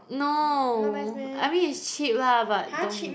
no I mean is cheap lah but don't